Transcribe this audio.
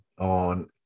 on